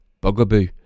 bugaboo